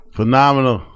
Phenomenal